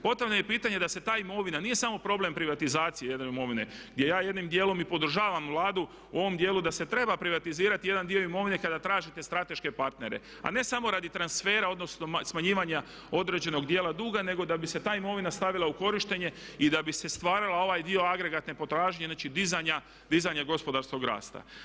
Potrebno je pitanje da se ta imovina nije samo problem privatizacije imovine gdje ja jednim djelom i podržavam Vladu u ovom djelu da se treba privatizirati jedan dio imovine kada tražite strateške partnere, a ne samo radi transfera odnosno smanjivanja određenog djela duga, nego da bi se ta imovina stavila u korištenje i da bi se stvarao ovaj dio agregatne potražnje, znači dizanje gospodarskog rasta.